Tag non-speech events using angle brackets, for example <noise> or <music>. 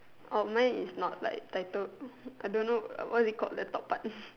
oh mine is not like titled <noise> I don't know what is it called the top part